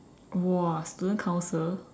!wah! student council